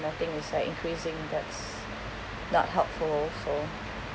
nothing is like increasing that's not helpful also